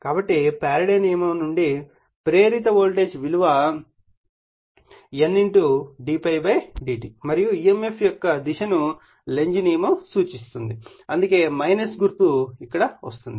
కాబట్టి ఫారడే నియమం నుండి ప్రేరిత వోల్టేజ్ విలువ N d∅ dt మరియు emf యొక్క దిశను లెంజ్ నియమం సూచిస్తుంది అందుకే సైన్ ఇక్కడ ఉంది